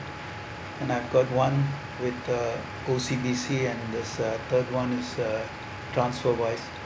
and I got one with the O_C_B_C and this uh third one is the transferwise